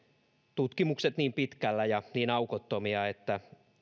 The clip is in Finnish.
tutkimukset niin pitkällä ja niin aukottomia että